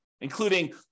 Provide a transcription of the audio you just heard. including